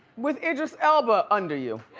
with idris elba under you.